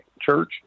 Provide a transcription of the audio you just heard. church